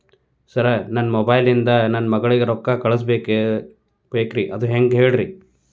sir ನನ್ನ mobile ಇಂದ ನನ್ನ ಮಗಳಿಗೆ ರೊಕ್ಕಾ ಕಳಿಸಬಹುದೇನ್ರಿ ಅದು ಹೆಂಗ್ ಹೇಳ್ರಿ